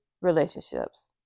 relationships